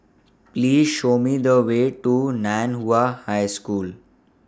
Please Show Me The Way to NAN Hua High School